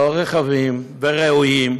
לא רחבים, רעועים.